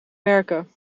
werken